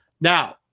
now